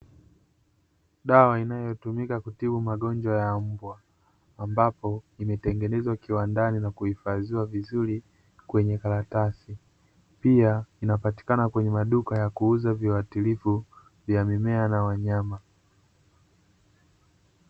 Dawa inayotumika kutibu magonjwa ya mmbwa, ambayo imetengenezwa kiwandani na kuihifadhiwa kwenye karatasi, pia inapatikana kwenye maduka ya kuuza viwatilifu vya mimea na wanyama.